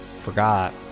Forgot